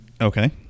Okay